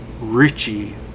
Richie